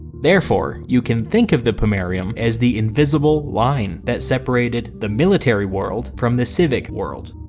therefore, you can think of the pomerium as the invisible line that separated the military world from the civic world.